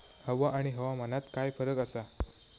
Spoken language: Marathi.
हवा आणि हवामानात काय फरक असा?